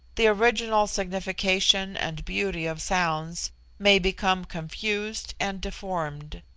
the original signification and beauty of sounds may become confused and deformed.